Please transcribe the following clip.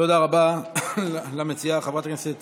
תודה רבה למציעה, חברת הכנסת